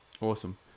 Awesome